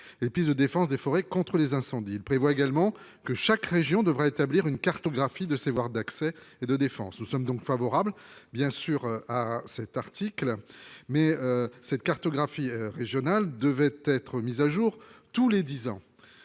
et puis de défense des forêts contre les incendies le prévoit également que chaque région devra établir une cartographie de ces voire d'accès et de défense, nous sommes donc favorables bien sûr à cet article. Mais cette cartographie régionale devait être à jour tous les 10 ans.